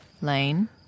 Lane